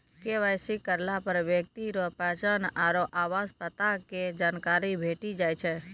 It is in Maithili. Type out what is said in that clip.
के.वाई.सी करलापर ब्यक्ति रो पहचान आरु आवास पता के जानकारी भेटी जाय छै